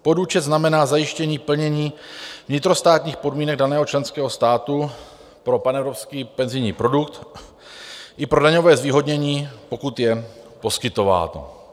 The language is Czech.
Podúčet znamená zajištění plnění vnitrostátních podmínek daného členského státu pro panevropský penzijní produkt i pro daňové zvýhodnění, pokud je poskytováno.